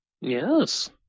Yes